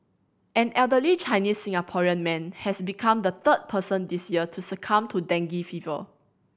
an elderly Chinese Singaporean man has become the third person this year to succumb to dengue fever